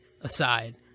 aside